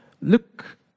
look